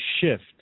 shift